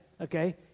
Okay